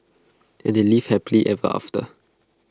and they lived happily ever after